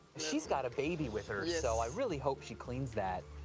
she's got a baby with her, so i really hope she cleans that.